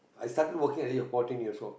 I started working at age of fourteen years old